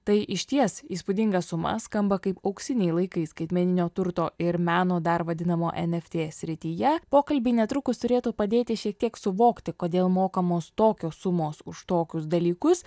tai išties įspūdinga suma skamba kaip auksiniai laikai skaitmeninio turto ir meno dar vadinamo eft srityje pokalbį netrukus turėtų padėti šiek tiek suvokti kodėl mokamos tokios sumos už tokius dalykus